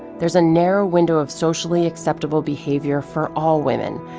there's a narrow window of socially acceptable behavior for all women,